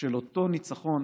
של אותו ניצחון